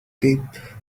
cape